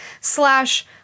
slash